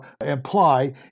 imply